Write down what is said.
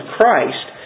Christ